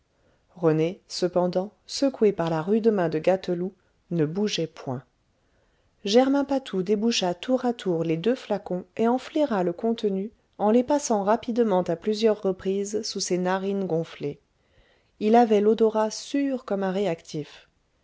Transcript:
rené cependant secoué par la rude main de gâteloup ne bougeait point germain patou déboucha tour à tour les deux flacons et en flaira le contenu en les passant rapidement à plusieurs reprises sous ses narines gonflées il avait l'odorat sûr comme un réactif